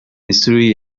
missouri